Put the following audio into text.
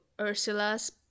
Ursula's